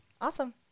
Awesome